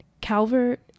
calvert